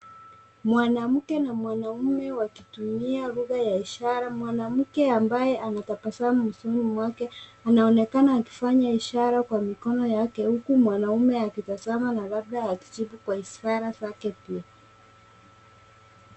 Mwanamke na mwanaume wakitumia lugha ya ishara. Mwanamke ambaye ana tabasamu usoni mwake, anaonekana akifanya ishara kwa mikono yake huku mwanaume akitazama na labda akijibu kwa ishara zake pia.